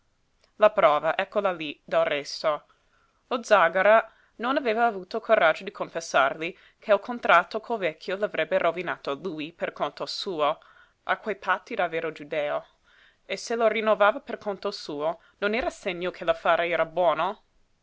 la prova eccola lí del resto lo zàgara non aveva avuto il coraggio di confessarle che il contratto col vecchio l'avrebbe rinnovato lui per conto suo a quei patti da vero giudeo e se lo rinnovava per conto suo non era segno che l'affare era buono